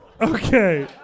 Okay